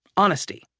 honesty,